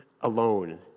alone